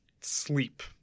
sleep